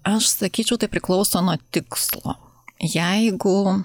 aš sakyčiau tai priklauso nuo tikslo jeigu